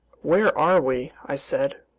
where are we? i said.